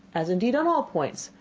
as indeed on all points,